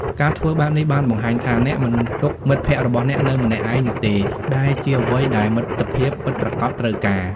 ការធ្វើបែបនេះបានបង្ហាញថា អ្នកមិនទុកមិត្តភក្តិរបស់អ្នកនៅម្នាក់ឯងនោះទេ ដែលជាអ្វីដែលមិត្តភាពពិតប្រាកដត្រូវការ។